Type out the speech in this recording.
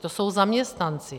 To jsou zaměstnanci.